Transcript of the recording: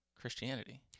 Christianity